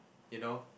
you know